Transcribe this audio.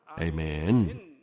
Amen